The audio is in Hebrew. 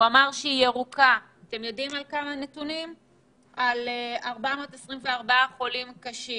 וזאת על 424 חולים קשים,